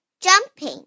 jumping